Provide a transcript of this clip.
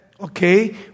Okay